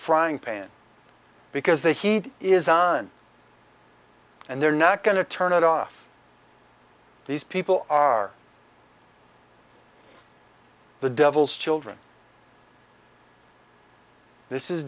frying pan because the heat is on and they're not going to turn it off these people are the devil's children this is